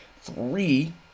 three